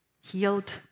Healed